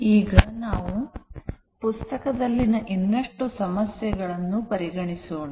ಈಗ ನಾವು ಪುಸ್ತಕದಲ್ಲಿನ ಇನ್ನಷ್ಟು ಸಮಸ್ಯೆ ಗಳನ್ನು ಪರಿಗಣಿಸೋಣ